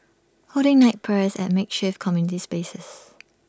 holding night prayers at makeshift community spaces